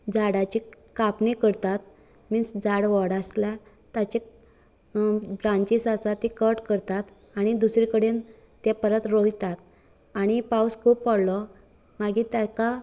झाडांची कापणी करतात मिन्स झाड व्हड आसल्यार ताचे ब्रांचीस आसा ते कट करतात आनी दुसरे कडेन ते परत रोयतात आनी पावस खूब पडलो मागीर ताका